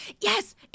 Yes